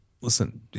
listen